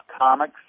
Comics